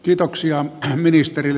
kiitoksia ministerille